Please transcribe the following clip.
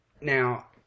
Now